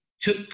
took